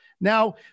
Now